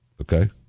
Okay